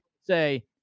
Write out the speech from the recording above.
say